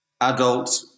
Adult